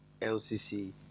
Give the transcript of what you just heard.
LCC